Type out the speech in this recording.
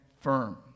firm